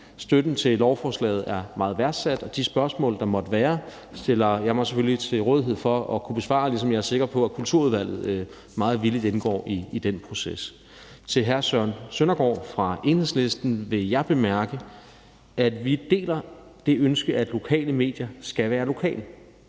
Støtten til lovforslaget er meget værdsat, og de spørgsmål, der måtte være, stiller jeg mig selvfølgelig til rådighed for at kunne besvare, ligesom jeg er sikker på, at Kulturudvalget meget villigt indgår i den proces. Til hr. Søren Søndergaard fra Enhedslisten vil jeg bemærke, at vi deler det ønske, at lokale medier skal være lokale,